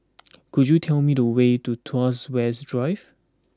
could you tell me the way to Tuas West Drive